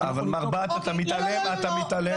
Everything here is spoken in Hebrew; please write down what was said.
אבל מר בהט אתה מתעלם, אתה מתעלם.